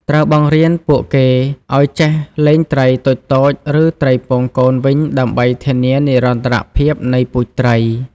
ត្រូវបង្រៀនពួកគេឱ្យចេះ លែងត្រី តូចៗ ឬត្រីពងកូនវិញដើម្បីធានានិរន្តរភាពនៃពូជត្រី។